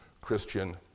Christian